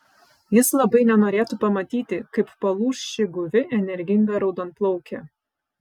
jis labai nenorėtų pamatyti kaip palūš ši guvi energinga raudonplaukė